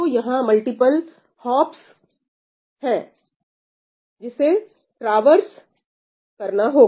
तो यहां multiple hops है जिसे ट्रावरस करना होगा